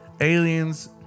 aliens